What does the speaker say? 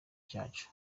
cyacu